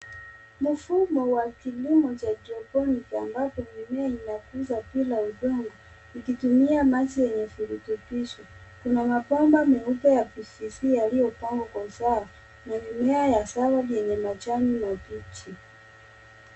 Mfumo wa kilimo cha hydroponic ambapo mimea inakuzwa bila udongo ikitumia maji yenye virutubisho. Kuna mabomba meupe ya PVC yaliyopangwa kwa usawa na mimea ya salad yenye majani mabichi.